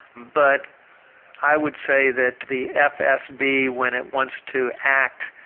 but i would say that the fsb when it wants to act,